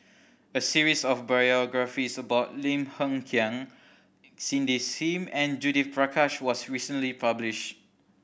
a series of biographies about Lim Hng Kiang Cindy Sim and Judith Prakash was recently publish